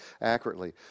accurately